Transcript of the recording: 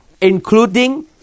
including